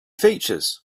features